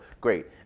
great